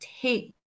take